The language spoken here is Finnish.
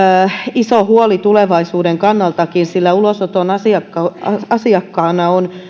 iso huoli tulevaisuudenkin kannalta sillä ulosoton asiakkaana asiakkaana on